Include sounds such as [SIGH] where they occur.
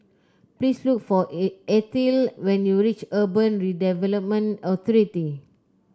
please look for [HESITATION] Ethyle when you reach Urban Redevelopment Authority